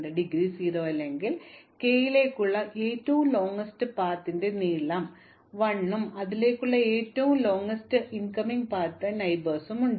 അതിനാൽ ഡിഗ്രി 0 അല്ലെങ്കിൽ k യിലേക്കുള്ള ഏറ്റവും ദൈർഘ്യമേറിയ പാതയ്ക്ക് ദൈർഘ്യം 1 ഉം അതിലേക്കുള്ള ഏറ്റവും ദൈർഘ്യമേറിയ പാത ഇൻകമിംഗ് അയൽക്കാർക്കും ഉണ്ട്